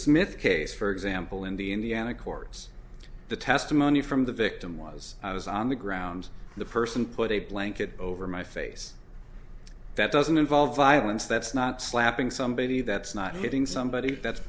smith case for example in the indiana courts the testimony from the victim was i was on the ground the person put a blanket over my face that doesn't involve violence that's not slapping somebody that's not hitting somebody that's